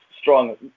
strong